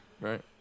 Right